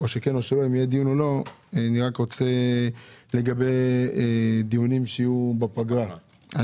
אני מבקש שני דברים לגבי דיונים שיהיו בפגרה: